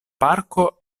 parko